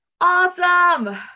Awesome